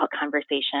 conversation